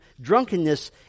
drunkenness